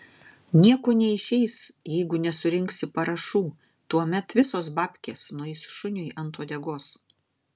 nieko neišeis jeigu nesurinksi parašų tuomet visos babkės nueis šuniui ant uodegos